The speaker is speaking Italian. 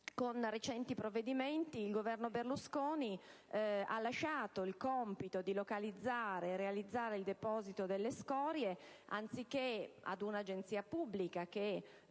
Con recenti provvedimenti il Governo Berlusconi ha lasciato il compito di localizzare e realizzare il deposito delle scorie, anziché ad un'agenzia pubblica (che,